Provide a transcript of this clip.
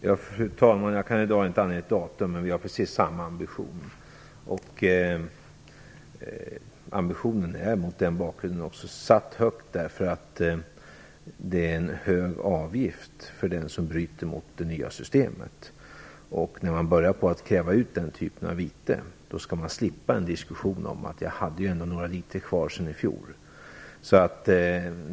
Fru talman! Jag kan i dag inte ange ett datum. Men vi har precis samma ambition. Ambitionen har också mot den givna bakgrunden satts högt, därför att det är en hög avgift för den som bryter mot det nya systemet. När man börjar kräva ut den typen av vite, skall man slippa en diskussion av typen "Jag hade några liter kvar sen i fjol".